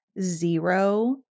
zero